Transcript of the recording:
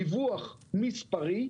דיווח מספרי,